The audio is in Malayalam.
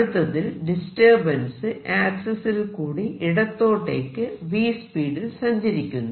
അടുത്തത്തിൽ ഡിസ്റ്റർബൻസ് ആക്സിസിൽ കൂടി ഇടത്തോട്ടേക്ക് v സ്പീഡിൽ സഞ്ചരിക്കുന്നു